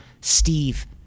Steve